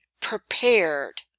prepared